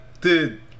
dude